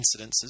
incidences